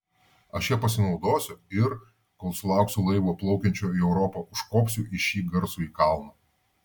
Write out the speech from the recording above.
aš ja pasinaudosiu ir kol sulauksiu laivo plaukiančio į europą užkopsiu į šį garsųjį kalną